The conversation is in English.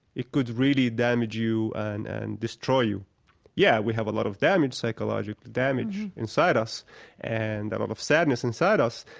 it could really damage you and and destroy you yeah, we have a lot of damage, psychological damage, inside us and a lot of sadness inside us,